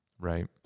Right